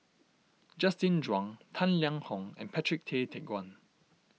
Justin Zhuang Tang Liang Hong and Patrick Tay Teck Guan